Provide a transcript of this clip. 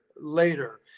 later